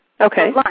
Okay